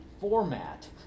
format